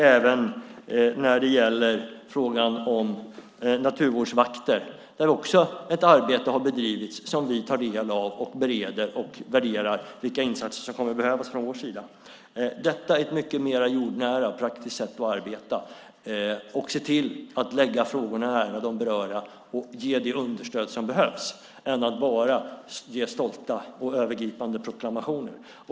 Även när det gäller frågan om naturvårdsvakter har ett arbete bedrivits som vi tar del av. Vi bereder det och värderar vilka insatser som kommer att behövas från vår sida. Detta är ett mycket jordnära och praktiskt sätt att arbeta. Vi ska se till att lägga frågorna nära de berörda och ge det understöd som behövs i stället för att bara ge stolta och övergripande proklamationer.